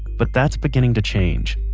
but that's beginning to change.